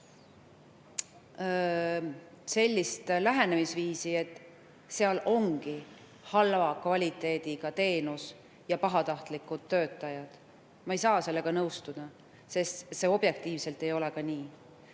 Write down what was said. sellist lähenemisviisi, et see ongi halva kvaliteediga teenus ja seal on pahatahtlikud töötajad. Ma ei saa sellega nõustuda, sest see ka objektiivselt nii